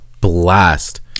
blast